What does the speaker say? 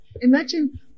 Imagine